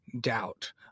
doubt